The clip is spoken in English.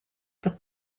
but